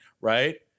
right